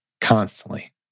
constantly